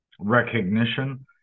recognition